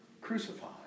crucified